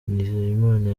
nizeyimana